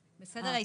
ההסתייגות.